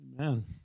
Amen